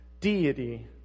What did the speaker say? deity